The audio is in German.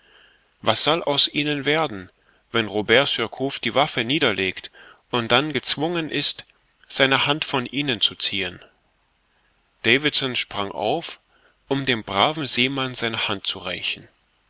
was soll aus ihnen werden wenn robert surcouf die waffe niederlegt und dann gezwungen ist seine hand von ihnen zu ziehen davidson sprang auf um dem braven seemann seine hand zu reichen